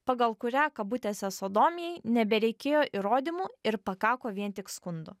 pagal kurią kabutėse sodomijai nebereikėjo įrodymų ir pakako vien tik skundų